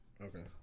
Okay